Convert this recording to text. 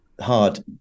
hard